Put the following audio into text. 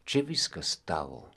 čia viskas tavo